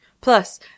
Plus